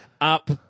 up